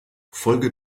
folge